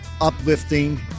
uplifting